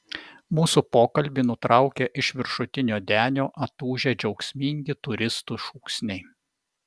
mūsų pokalbį nutraukė iš viršutinio denio atūžę džiaugsmingi turistų šūksniai